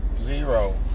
zero